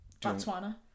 Botswana